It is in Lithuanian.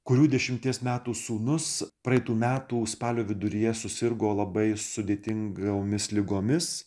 kurių dešimties metų sūnus praeitų metų spalio viduryje susirgo labai sudėtingomis ligomis